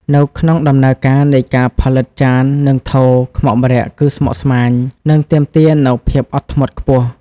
នៅក្នុងដំណើរការនៃការផលិត ចាន និងថូខ្មុកម្រ័ក្សណ៍គឺស្មុគស្មាញ និងទាមទារនូវភាពអត់ធ្មត់ខ្ពស់។